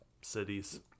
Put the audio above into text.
cities